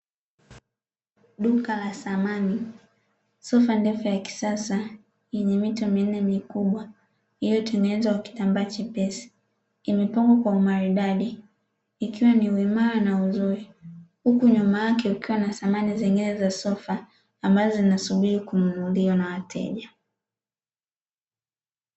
Duka la samani. Sofa ndefu ya kisasa yenye mito minne mikubwa iliyotengenezwa kwa kitambaa chepesi, imepangwa kwa umaridadi ikiwa ni uimara na uzuri. Huku nyuma yake kukiwa na samani nyingine za sofa ambazo zinasubiri kununuliwa na wateja.